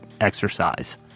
exercise